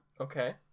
Okay